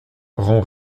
rend